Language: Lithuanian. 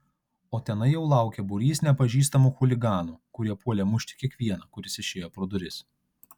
o tenai jau laukė būrys nepažįstamų chuliganų kurie puolė mušti kiekvieną kuris išėjo pro duris